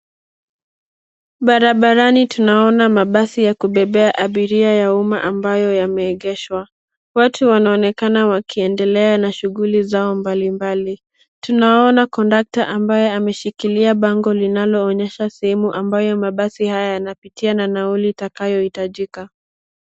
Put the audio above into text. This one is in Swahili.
Barabarani tunaona mabasi ya kubebea abiria ya umma ambayo yameegeshwa. Watu wanaonekana wakiendelea na shughuli zao mbalimbali. Tunaona konducta ambaye ameshikilia bango linaloonyesha sehemu ambayo mabasi haya yanapitia na nauli itakayohitajika.